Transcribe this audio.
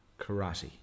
Karate